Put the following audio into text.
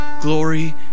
glory